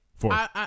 Four